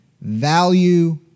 value